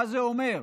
מה זה אומר?